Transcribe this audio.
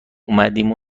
امیدم